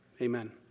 Amen